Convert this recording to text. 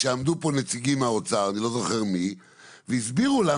אבל אני רוצה להזכיר לכם שעמדו פה נציגים מהאוצר והסבירו לנו